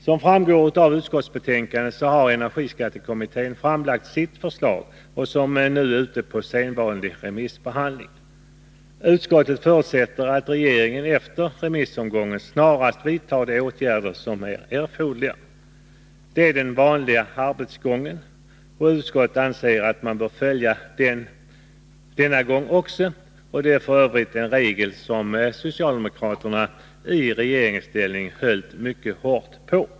Som framgår av utskottsbetänkandet har energiskattekommittén framlagt sitt förslag, som nu är ute på sedvanlig remissbehandling. Utskottet förutsätter att regeringen efter remissomgången snarast vidtar de åtgärder som är erforderliga. Detta är den vanliga arbetsgången, och utskottet anser att den bör följas också denna gång. Det gäller f.ö. en regel som socialdemokraterna i regeringsställning höll mycket hårt på.